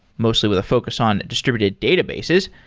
mostly with a focus on distributed databases,